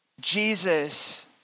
Jesus